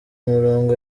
umurongo